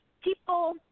people